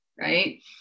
right